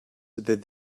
that